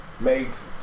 makes